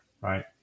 right